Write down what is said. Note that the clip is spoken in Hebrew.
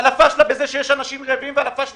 על הפשלה בזה שיש אנשים רעבים ועל הפשלה